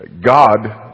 God